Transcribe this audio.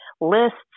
lists